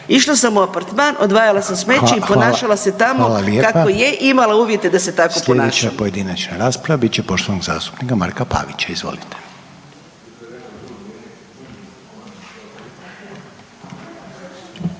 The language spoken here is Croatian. Išla sam u apartman, odvajala sam smeće i ponašala se tamo kako je i imala uvjete da se tako ponašam.